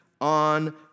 On